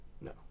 No